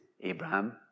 Abraham